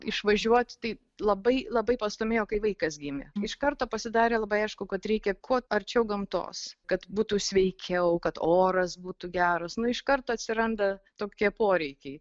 išvažiuot tai labai labai pastūmėjo kai vaikas gimė iš karto pasidarė labai aišku kad reikia kuo arčiau gamtos kad būtų sveikiau kad oras būtų geras nu iš karto atsiranda tokie poreikiai